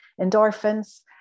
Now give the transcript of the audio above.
Endorphins